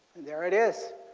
there it is.